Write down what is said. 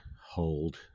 hold